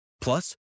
Plus